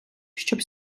щоб